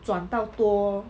转到多